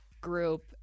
group